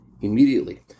immediately